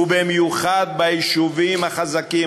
ובמיוחד ביישובים החזקים,